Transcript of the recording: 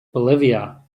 bolivia